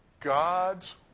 God's